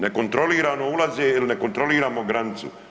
Nekontrolirano ulaze jer ne kontroliramo granicu.